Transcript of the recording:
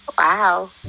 Wow